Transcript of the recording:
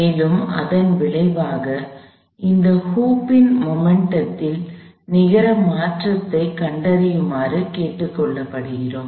மேலும் அதன் விளைவாக இந்த ஹூப் இன் மொமெண்ட்டத்தில் நிகர மாற்றத்தைக் கண்டறியுமாறு கேட்டுக் கொள்ளப்படுகிறோம்